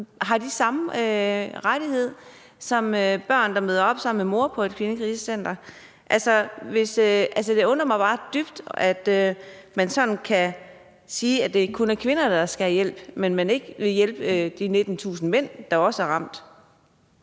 Har de samme rettigheder som børn, der møder op sammen med mor på et kvindekrisecenter? Altså, det undrer mig bare dybt, at man sådan kan sige, at det kun er kvinder, der skal have hjælp, og at man ikke vil hjælpe de 19.000 mænd, der også er ramt.